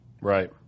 Right